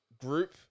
group